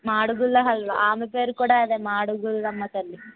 మాడుగుల హల్వా ఆమె పేరుకూడా అదే మాడుగుల్లమ్మ తల్లి